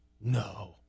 No